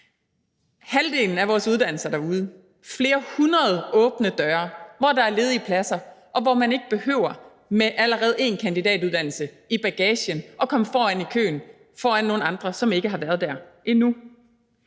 halvdelen af vores uddannelser derude, flere hundrede åbne døre, hvor der er ledige pladser, og hvor man ikke behøver med allerede én kandidatuddannelse i bagagen at komme foran i køen, foran nogle andre, som ikke har været der endnu.